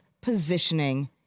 positioning